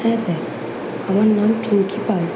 হ্যাঁ স্যার আমার নাম পিঙ্কি পাল